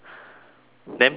then P_M cup